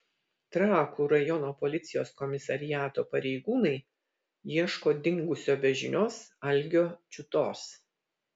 trakų rajono policijos komisariato pareigūnai ieško dingusio be žinios algio čiutos